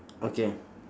okay